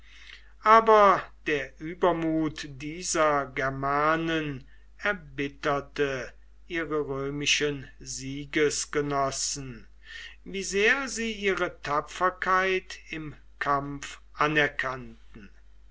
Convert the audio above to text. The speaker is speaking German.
aber der übermut dieser germanen erbitterte ihre römischen siegesgenossen wie sehr sie ihre tapferkeit im kampf anerkannten